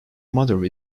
mother